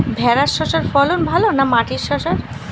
ভেরার শশার ফলন ভালো না মাটির শশার?